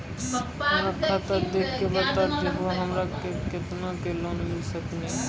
हमरा खाता देख के बता देहु हमरा के केतना के लोन मिल सकनी?